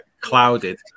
clouded